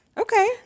Okay